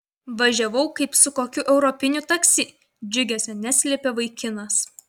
važiavau kaip su kokiu europiniu taksi džiugesio neslėpė vaikinas